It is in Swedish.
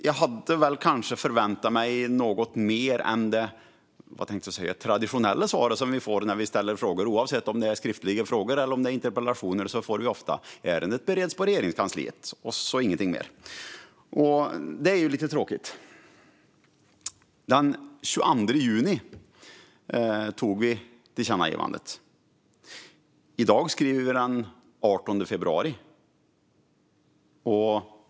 Jag hade förväntat mig något mer än det traditionella svar vi får oavsett om det är skriftliga frågor eller interpellationer: Ärendet bereds på Regeringskansliet - och så ingenting mer. Det är lite tråkigt. Den 22 juni antogs tillkännagivandet. I dag skriver vi den 18 februari.